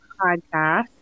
podcast